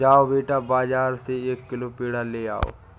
जाओ बेटा, बाजार से एक किलो पेड़ा ले आओ